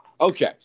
Okay